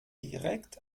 direkt